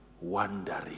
wandering